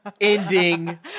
ending